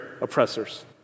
oppressors